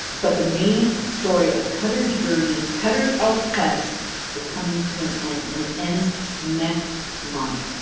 but the main story of cutter's journey, cutter's elf-quest is coming to an end, and it ends next month!